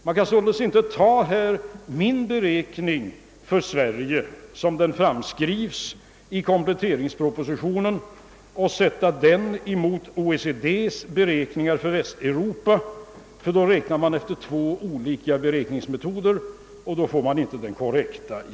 Man kan således inte jämföra den siffra som framräknats för Sverige i kompletteringspropositionen med den siffra som OECD fått fram för Västeuropa — då använder man två olika beräkningsmetoder och jämförelsen blir inte korrekt.